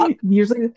usually